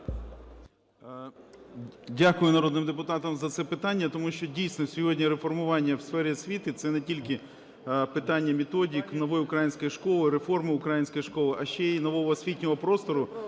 Дякую народним депутатам за це питання, тому що, дійсно, сьогодні реформування у сфері освіти – це не тільки питання методик, "Нової української школи", реформи української школи, а ще й нового освітнього простору,